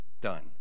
done